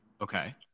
Okay